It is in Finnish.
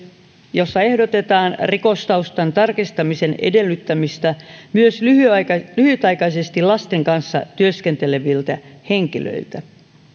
jossa ehdotetaan rikostaustan tarkistamisen edellyttämistä myös lyhytaikaisesti lasten kanssa työskenteleviltä henkilöiltä